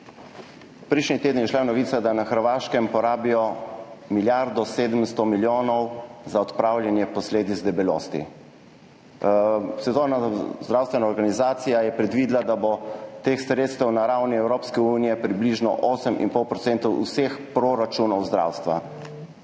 Prejšnji teden je izšla novica, da na Hrvaškem porabijo milijardo 700 milijonov za odpravljanje posledic debelosti. Svetovna zdravstvena organizacija je predvidela, da bo teh sredstev na ravni Evropske unije približno 8,5 % vseh proračunov zdravstva.